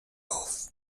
auf